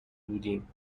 بودیم